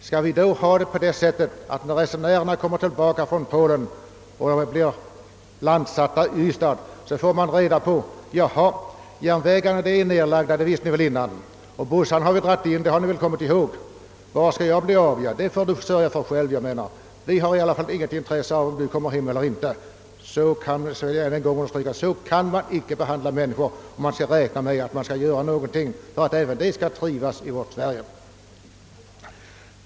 Skall det då bli så att resenärerna efter resan till Polen vid landstigningen i Ystad möts av beskedet: Järnvägarna är nedlagda, men det visste ni väl förut, och bussarna har vi också dragit in, det kommer ni väl ihåg? Hur skall jag då resa vidare? kommer väl resenären att fråga. Och svaret blir förmodligen: Det får du avgöra själv. Vi har inget intresse av om du kommer hem eller inte. Jag säger än en gång att så kan man inte behandla människor. Man måste göra någonting för att de skall kunna trivas i vårt land.